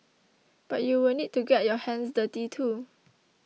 but you will need to get your hands dirty too